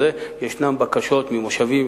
ישנן בקשות ממושבים,